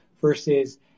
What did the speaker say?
versus